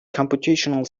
computational